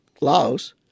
Laos